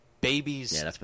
babies